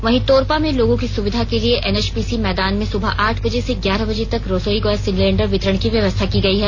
वहीं तोरपा में लोगों की सुविधा के लिए एनएचपीसी मैदान में सुबह आठ बजे से ग्यारह बजे तक रसोई गैस सिलेंडर वितरण की व्यवस्था की गई है